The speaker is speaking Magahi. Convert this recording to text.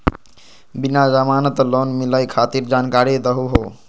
बिना जमानत लोन मिलई खातिर जानकारी दहु हो?